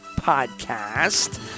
podcast